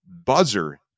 buzzer